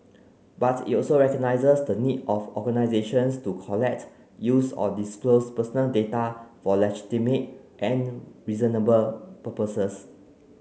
but it also recognises the needs of organisations to collect use or disclose personal data for legitimate and reasonable purposes